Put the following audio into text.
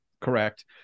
correct